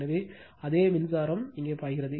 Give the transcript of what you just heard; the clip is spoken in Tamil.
எனவே அதே மின்சாரம் மும் இங்கே பாய்கிறது